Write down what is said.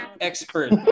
expert